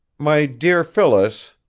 my dear phyllis,